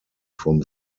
from